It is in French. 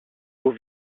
aux